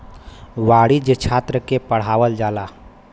वाणिज्य छात्र के पढ़ावल जाला